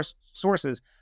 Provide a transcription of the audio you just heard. sources